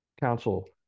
council